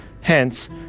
Hence